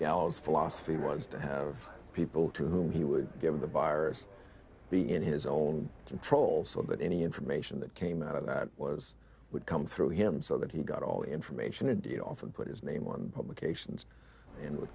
gals philosophy wants to have people to whom he would give the virus be in his own control so that any information that came out of that was would come through him so that he got all the information and you know often put his name on publications and w